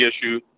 issue